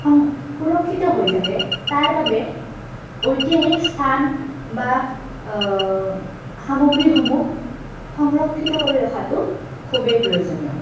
সং সুৰক্ষিত হৈ থাকে তাৰ বাবে ঐতিহাসিক স্থান বা সামগ্ৰীসমূহ সংৰক্ষিত কৰি ৰখাটো খুবেই প্ৰয়োজনীয়